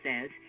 says